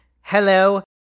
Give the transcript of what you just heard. Hello